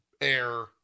air